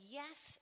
yes